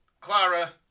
Clara